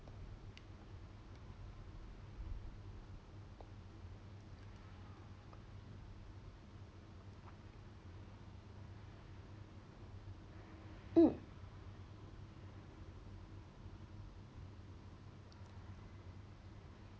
mm